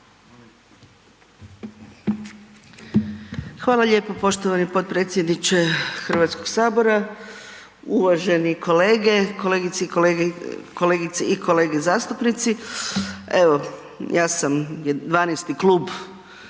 Hvala lijepo poštovani potpredsjedniče Hrvatskoga sabora. Uvaženi kolege, kolegice i kolege zastupnici. Evo ja sam 12. klub odnosno